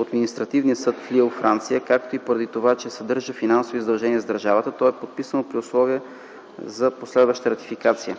от Административния съд в Лил – Франция, както и поради това, че съдържа финансови задължения за държавата, то е подписано при условия за последваща ратификация.